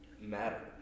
matter